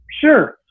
Sure